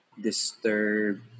disturb